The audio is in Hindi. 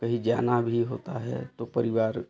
कहीं जाना भी होता है तो परिवार